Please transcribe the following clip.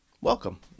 welcome